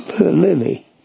lily